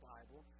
Bible